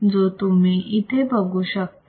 जो तुम्ही इथे बघू शकता